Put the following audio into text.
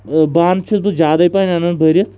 بانہٕ چھُس بہٕ زیادَے پَہَن اَنان بٔرِتھ